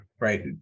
right